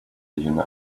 unit